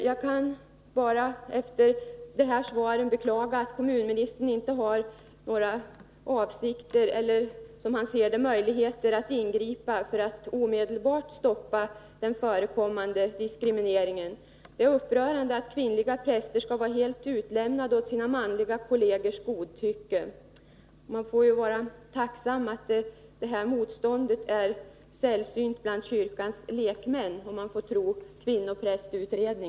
Jag kan efter det svar jag fått bara beklaga att kommunministern inte har några avsikter eller, som han ser det, möjligheter att ingripa när det gäller att omedelbart stoppa den förekommande diskrimineringen. Det är upprörande att kvinnliga präster skall vara helt utlämnade åt sina manliga kollegers godtycke. Man får dock vara tacksam över att det här motståndet — om man får tro kvinnoprästutredningen — är sällsynt bland kyrkans lekmän.